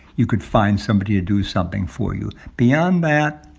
you could find somebody to do something for you beyond that,